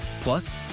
Plus